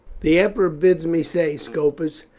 the emperor bids me say, scopus,